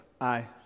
Aye